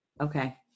okay